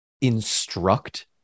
instruct